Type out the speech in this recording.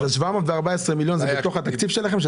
714 מיליון השקלים הם בתוך התקציב שלכם?